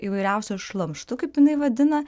įvairiausiu šlamštu kaip jinai vadina